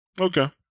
Okay